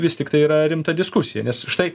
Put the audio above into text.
vis tiktai yra rimta diskusija nes štai